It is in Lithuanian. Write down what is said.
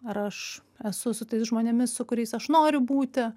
ar aš esu su tais žmonėmis su kuriais aš noriu būti